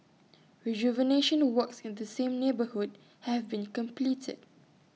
rejuvenation works in the same neighbourhood have been completed